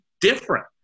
different